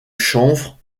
chanvre